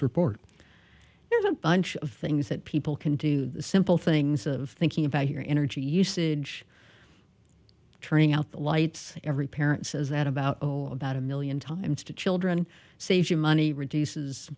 of things that people can do the simple things of thinking about your energy usage turning out the lights every parent says that about oh about a million times to children saves you money reduces